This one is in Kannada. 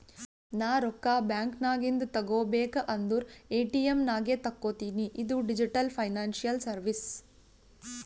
ನಾ ರೊಕ್ಕಾ ಬ್ಯಾಂಕ್ ನಾಗಿಂದ್ ತಗೋಬೇಕ ಅಂದುರ್ ಎ.ಟಿ.ಎಮ್ ನಾಗೆ ತಕ್ಕೋತಿನಿ ಇದು ಡಿಜಿಟಲ್ ಫೈನಾನ್ಸಿಯಲ್ ಸರ್ವೀಸ್